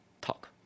talk